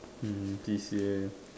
hmm C_C_A